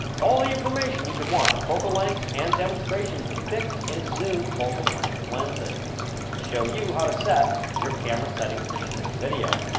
all the information you could want on focal lengths, and demonstrations of fixed and zoom focal length lenses. i show you how to set your camera settings for shooting video.